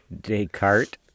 Descartes